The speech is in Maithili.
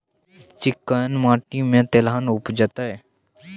चिक्कैन माटी में तेलहन उपजतै?